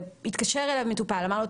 התקשר אליו מטופל אמר לו,